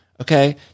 okay